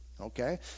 Okay